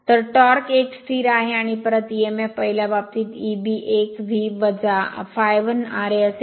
तर टॉर्क एक स्थिर आहे आणि परत Emf पहिल्या बाबतीत 1 V ∅1ra असेल